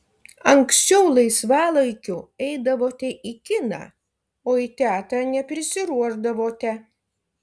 anksčiau laisvalaikiu eidavote į kiną o į teatrą neprisiruošdavote